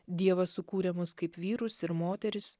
dievas sukūrė mus kaip vyrus ir moteris